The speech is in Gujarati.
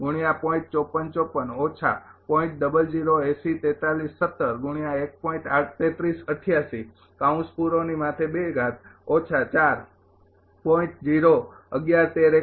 ૯૮૫૭૩૯ સ્કેવર છે